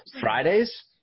Fridays